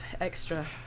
extra